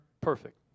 perfect